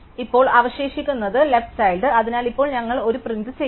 ഇപ്പോൾ അവശേഷിക്കുന്ന left child അതിനാൽ ഇപ്പോൾ ഞങ്ങൾ 1 പ്രിന്റ് ചെയ്യും